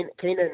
Keenan